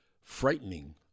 frightening